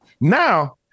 Now